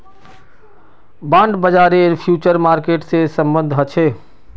bond बाजारेर future market से सम्बन्ध ह छे